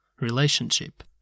relationship